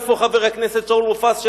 איפה חבר הכנסת שאול מופז,